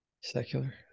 Secular